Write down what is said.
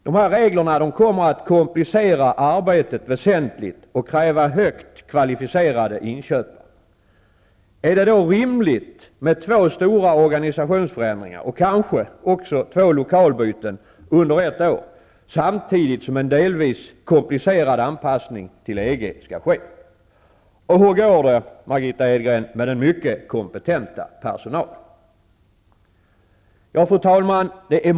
De här reglerna kommer att komplicera arbetet väsentligt och kräva högt kvalificerade inköpare. Är det då rimligt att göra två stora organisationsförändringar och kanske också två lokalbyten under ett år, samtidigt som en delvis komplicerad anpassning till EG skall ske? Och hur går det, Margitta Edgren, med den mycket kompetenta personalen? Fru talman!